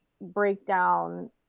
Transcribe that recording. breakdown